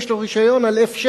יש לו רשיון על F-16,